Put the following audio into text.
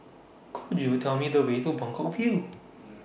Could YOU Tell Me The Way to Buangkok View